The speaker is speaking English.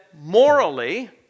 morally